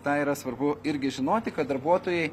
tą yra svarbu irgi žinoti kad darbuotojai